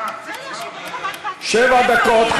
שבע דקות.